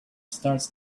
starts